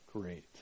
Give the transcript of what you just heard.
great